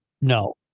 No